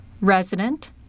resident